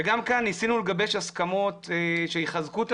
גם כאן ניסינו לגבש הסכמות שיחזקו את